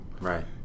Right